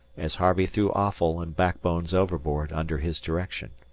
as harvey threw offal and backbones overboard under his direction.